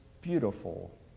beautiful